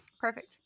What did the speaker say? perfect